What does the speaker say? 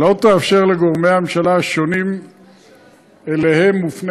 ולא תאפשר לגורמי הממשלה השונים שאליהם מופנה